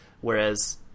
Whereas